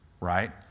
right